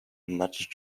much